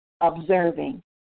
observing